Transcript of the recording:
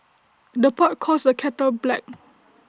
the pot calls the kettle black